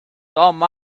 some